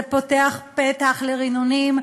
זה פותח פתח לרינונים,